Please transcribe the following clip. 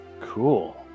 Cool